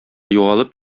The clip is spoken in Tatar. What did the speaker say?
югалып